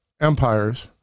empires